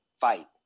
Fight